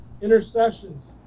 intercessions